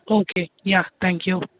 okay ya thank you